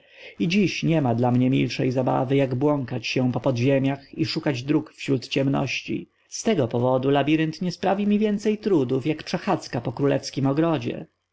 dziś niema dla mnie milszej zabawy jak błąkać się po podziemiach i szukać dróg wśród ciemności z tego powodu labirynt nie sprawi mi więcej trudów aniżeli przechadzka po królewskim ogrodzie